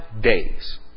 days